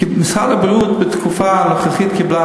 כי משרד הבריאות בתקופה הנוכחית קיבל.